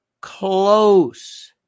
close